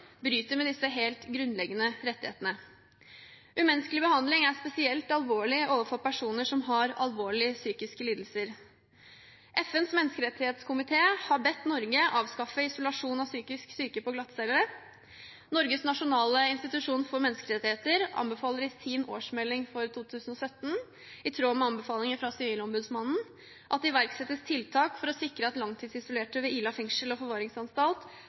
bryter med disse helt grunnleggende rettighetene. Umenneskelig behandling er spesielt alvorlig overfor personer som har alvorlige psykiske lidelser. FNs menneskerettskomité har bedt Norge avskaffe isolasjon av psykisk syke på glattcelle. Norges nasjonale institusjon for menneskerettigheter anbefaler i sin årsmelding for 2017, i tråd med anbefalinger fra Sivilombudsmannen, at det iverksettes tiltak for å sikre at langtidsisolerte ved Ila fengsel og forvaringsanstalt